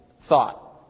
thought